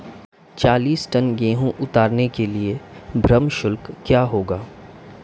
चालीस टन गेहूँ उतारने के लिए श्रम शुल्क क्या होगा?